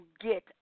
get